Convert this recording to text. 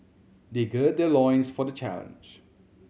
they gird their loins for the challenge